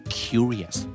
curious